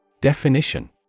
Definition